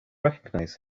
recognize